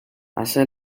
hace